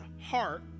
heart